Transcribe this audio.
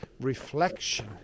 Reflection